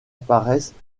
apparaissent